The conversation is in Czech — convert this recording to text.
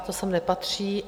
To sem nepatří.